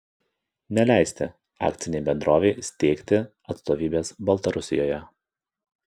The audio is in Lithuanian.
neleisti akcinei bendrovei steigti atstovybės baltarusijoje